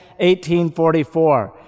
1844